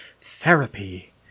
therapy